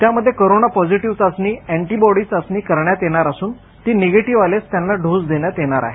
त्यामध्ये corona positive चाचणी antigen चाचणी करण्यात येणार असून ती निगेटिव्ह आल्यास त्यांना डोस देण्यात येणार आहे